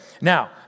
now